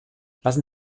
lassen